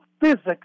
physics